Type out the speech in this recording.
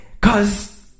Cause